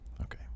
Okay